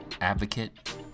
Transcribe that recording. advocate